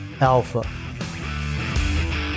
alpha